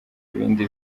ibindi